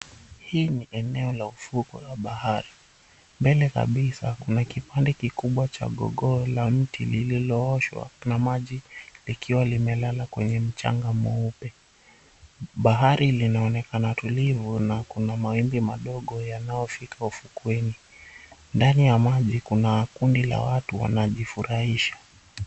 Hii ni eneo la ufukwe wa bahari. Mbele kabisa kuna kipande kikubwa cha gogo la mti lililooshwa na maji likiwa limelala kwenye mchanga mweupe. Bahari linaonekana tulivu na kuna mawimbi madogo yanayofika ufukweni. Ndani ya maji kuna kundi la watu wanajifurahisha.